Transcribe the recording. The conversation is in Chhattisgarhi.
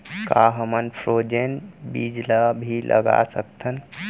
का हमन फ्रोजेन बीज ला भी लगा सकथन?